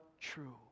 true